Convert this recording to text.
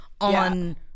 on